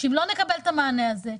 שאם לא נקבל את המענה הזה,